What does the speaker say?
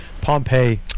Pompeii